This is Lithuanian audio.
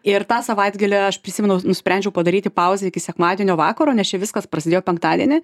ir tą savaitgalį aš prisimenu nusprendžiau padaryti pauzę iki sekmadienio vakaro nes čia viskas prasidėjo penktadienį